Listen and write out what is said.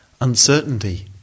Uncertainty